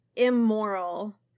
immoral